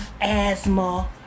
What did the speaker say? asthma